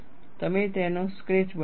તમે તેનો સ્કેચ બનાવો